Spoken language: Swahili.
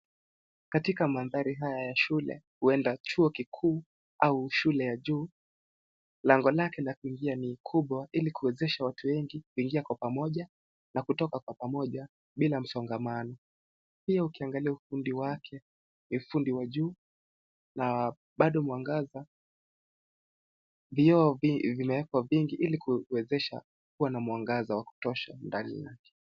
Katika mandhari haya ya shule huenda chuo kikuu au shule ya juu, lango lake la kuingia ni kubwa ili kuwezesha watu wengi kuingia kwa pamoja na kutoka kwa pamoja bila msongamano. Pia ukiangalia ufundi wake, ni ufundi wa juu na bado mwangaza. Vioo vimewekwa vingi ili kuwezesha kuwa na mwangaza wa kutosha ndani yake.